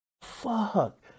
fuck